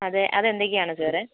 അതെ അതെന്തൊക്കെയാണ് സാറേ